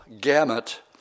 gamut